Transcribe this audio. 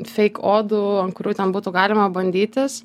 feik odų ant kurių ten būtų galima bandytis